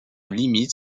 limite